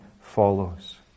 follows